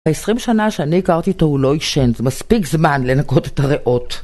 ה-20 שנה שאני הכרתי אותו הוא לא עישן, זה מספיק זמן לנקות את הריאות.